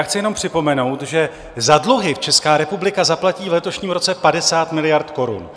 Chci jenom připomenout, že za dluhy Česká republika zaplatí v letošním roce 50 miliard korun.